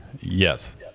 Yes